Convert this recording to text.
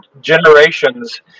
generations